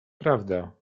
prawda